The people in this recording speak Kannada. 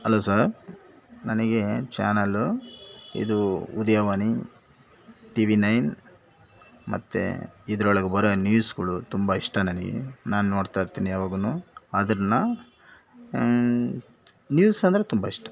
ಹಲೋ ಸರ್ ನನಗೆ ಚಾನೆಲ್ಲು ಇದು ಉದಯವಾಹಿನಿ ಟಿವಿ ನೈನ್ ಮತ್ತೆ ಇದ್ರೊಳಗೆ ಬರೋ ನ್ಯೂಸ್ಗಳು ತುಂಬ ಇಷ್ಟ ನನಗೆ ನಾನು ನೋಡ್ತಾಯಿರ್ತೀನಿ ಯಾವಾಗೂನು ಅದನ್ನು ನ್ಯೂಸ್ ಅಂದರೆ ತುಂಬ ಇಷ್ಟ